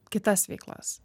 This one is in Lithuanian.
kitas veiklas